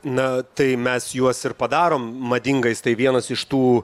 na tai mes juos ir padarom madingais tai vienas iš tų